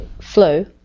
flu